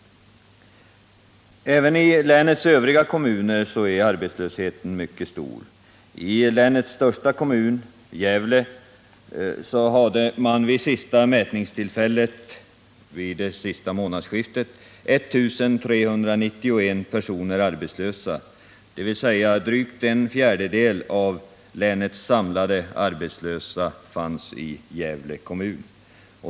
Även i länets övriga kommuner är arbetslösheten mycket stor. I länets största kommun, Gävle, hade man vid sista mätningstillfället — vid senaste månadsskiftet — 1 391 personer arbetslösa, dvs. drygt en fjärdedel av länets samlade arbetslösa fanns i Gävle kommun.